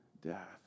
death